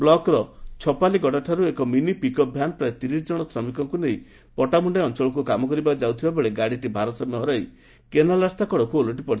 ବ୍ଲକ୍ର ଛପାଲୀଗଡ଼ାଠାରୁ ଏକ ମିନି ପିକ୍ଅପ୍ ଭ୍ୟାନ୍ ପ୍ରାୟ ତିରିଶି ଜଣ ଶ୍ରମିକଙ୍ଙୁ ନେଇ ପଟ୍ଟାମୁୁ୍୍ଡାଇ ଅଂଚଳକୁ କାମ କରିବା ପାଇଁ ଯାଉଥିବାବେଳେ ଗାଡ଼ିଟି ଭାରସାମ୍ୟ ହରାଇ କେନାଲ୍ରାସ୍ତା କଡ଼କୁ ଓଲଟିପଡ଼ିଥିଲା